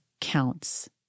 counts